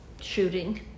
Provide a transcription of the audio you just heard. shooting